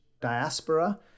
diaspora